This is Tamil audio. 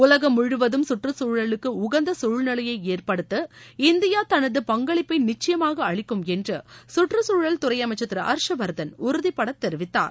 உலகம் முழுவதும் சுற்றச்சூழலுக்கு உகந்த சூழ்நிலையை ஏற்படுத்த இந்தியா தனது பங்களிப்பை நிச்சுபமாக அளிக்கும் என்று குற்றுச்சூழல் துறை அமைச்சர் திரு ஹர்ஷ்வர்தன் உறுதிபட தெரிவித்தார்